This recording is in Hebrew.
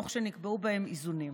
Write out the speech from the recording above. תוך שנקבעו בו איזונים.